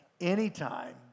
Anytime